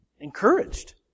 Encouraged